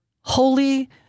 holy